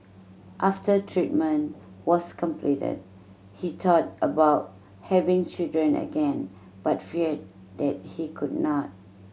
after treatment was completed he thought about having children again but feared that he could not